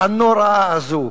הנוראה הזו.